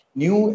new